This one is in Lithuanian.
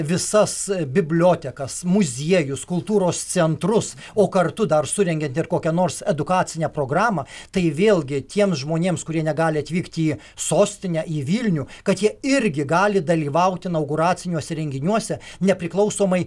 visas bibliotekas muziejus kultūros centrus o kartu dar surengiant ir kokią nors edukacinę programą tai vėlgi tiems žmonėms kurie negali atvykt į sostinę į vilnių kad jie irgi gali dalyvaut inauguraciniuose renginiuose nepriklausomai